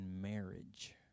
marriage